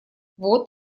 вот